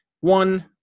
one